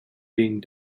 being